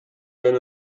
been